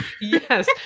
Yes